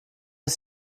ist